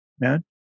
man